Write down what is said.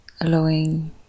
allowing